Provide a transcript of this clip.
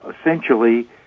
essentially